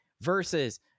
versus